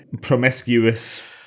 promiscuous